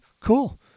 cool